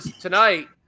tonight